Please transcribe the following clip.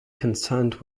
concerned